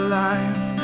life